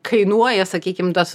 kainuoja sakykim tas